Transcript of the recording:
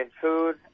food